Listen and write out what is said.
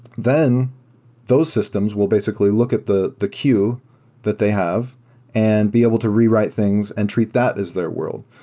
then those systems will basically look at the the queue that they have and be able to rewrite things and treat that as their world.